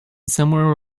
somewhere